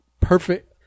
perfect